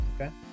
Okay